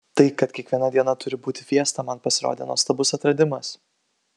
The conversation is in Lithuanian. tai kad kiekviena diena turi būti fiesta man pasirodė nuostabus atradimas